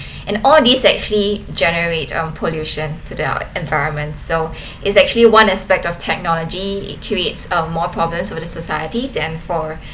and all these actually generate um pollution to the environment so is actually one aspect of technology it creates uh more problems to the society and for